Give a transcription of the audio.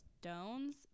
stones